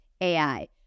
AI